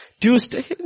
Tuesday